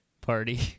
party